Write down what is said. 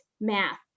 math